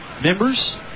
Members